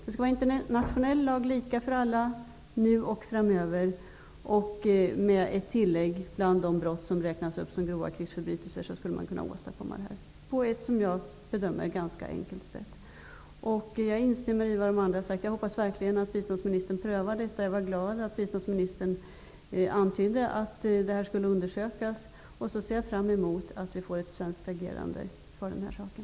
Det skall finnas internationell lag, lika för alla nu och framöver och med tillägget att våldtäkt skall vara med bland de brott som uppräknas som grova krigsförbrytelser. Då kan man åstadkomma det vi är ute efter på ett ganska enkelt sätt, som jag bedömer det. Jag instämmer i vad de andra har sagt. Jag hoppas verkligen biståndsministern prövar detta. Jag är glad att han antydde att saken skulle undersökas. Jag ser fram emot att vi får ett svenskt agerande för den här saken.